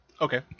Okay